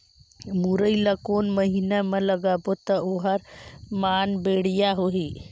मुरई ला कोन महीना मा लगाबो ता ओहार मान बेडिया होही?